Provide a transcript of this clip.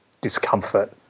discomfort